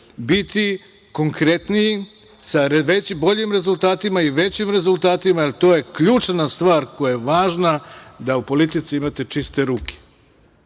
biti konkretniji, sa boljim rezultatima i većim rezultatima, jer to je ključna stvar koja je važna da u politici imate čiste ruke,